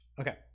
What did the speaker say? Okay